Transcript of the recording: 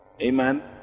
Amen